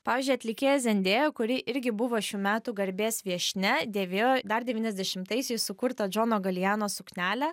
pavyzdžiui atlikėja zendėja kuri irgi buvo šių metų garbės viešnia dėvėjo dar devyniasdešimtaisiais sukurtą džono galijano suknelę